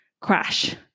crash